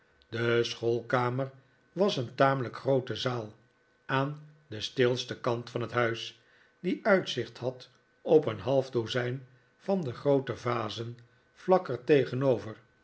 de schoolkamer was een tamelijke groote zaal aan den stilsten kant van het huis die uitzicht had op een half dozijn van de groote vazen vlak er tegenover